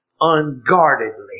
unguardedly